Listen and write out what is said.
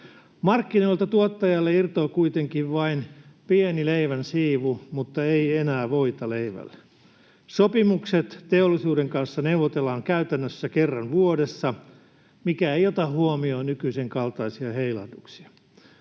Markkinoilta tuottajalle irtoaa kuitenkin vain pieni leivän siivu, mutta ei enää voita leivälle. Sopimukset teollisuuden kanssa neuvotellaan käytännössä kerran vuodessa, mikä ei ota huomioon nykyisen kaltaisia heilahduksia.